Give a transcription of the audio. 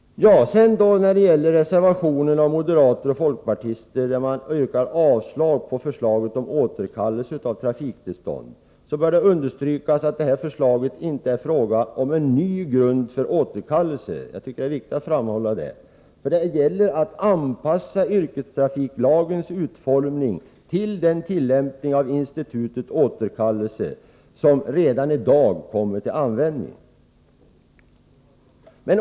När det sedan gäller reservationen av moderater och folkpartister, där man yrkar avslag på förslaget om återkallelse av trafiktillstånd, bör det understrykas att det här förslaget inte innebär någon ny grund för återkallelse. Jag tycker att det är viktigt att framhålla det. Det gäller att anpassa yrkestrafiklagens utformning till den tillämpning av institutet återkallelse som redan i dag förekommer.